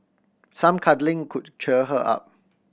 some cuddling could cheer her up